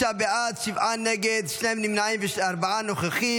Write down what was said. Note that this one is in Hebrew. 29 בעד, שבעה נגד, שני נמנעים וארבעה נוכחים.